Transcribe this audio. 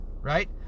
right